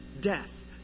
death